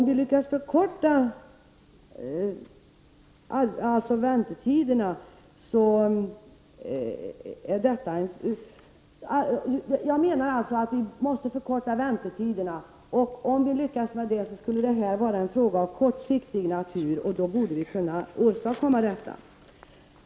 Vi måste alltså förkorta väntetiderna. Och om vi lyckas med det skulle detta vara en fråga av kortsiktig natur.